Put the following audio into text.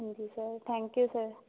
ਹਾਂਜੀ sir thank you sir